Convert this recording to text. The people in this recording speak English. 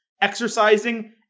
exercising